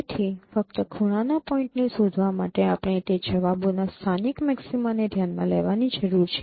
તેથી ફક્ત ખૂણાના પોઈન્ટને શોધવા માટે આપણે તે જવાબોના સ્થાનિક મેક્સીમાને ધ્યાનમાં લેવાની જરૂર છે